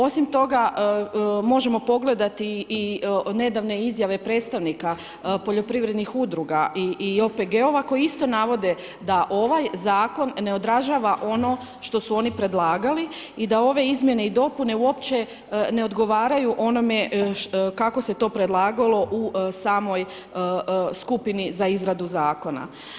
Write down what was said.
Osim toga možemo pogledati i nedavne izjave predstavnika poljoprivrednih udruga i OPG-ova koji isto navode da ovaj zakon ne odražava ono što su oni predlagali i da ove izmjene i dopune uopće ne odgovaraju onome kako se to predlagalo u samoj skupini za izradu zakona.